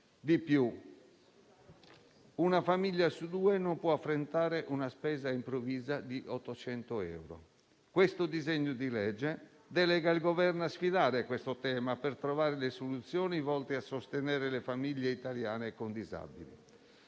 Di più, una famiglia su due non può affrontare una spesa improvvisa di 800 euro. Il presente disegno di legge delega il Governo a sfidare questo tema per trovare le soluzioni volte a sostenere le famiglie italiane con disabili.